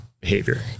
behavior